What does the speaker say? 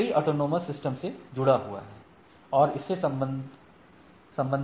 यह कई autonomous system से जुड़ा हुआ है और इससे संबंधित को पूस देता है